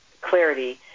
clarity